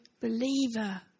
believer